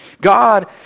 God